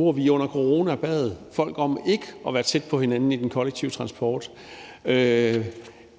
år. Under corona bad vi folk om ikke at være tæt på hinanden i den kollektive transport,